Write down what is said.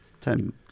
Ten